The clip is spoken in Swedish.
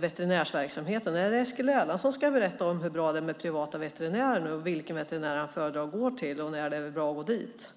veterinärverksamhet är det Eskil Erlandsson som ska berätta hur bra det är med privata veterinärer, vilken veterinär han föredrar att gå till och när det är bra att gå dit.